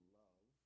love